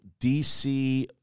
DC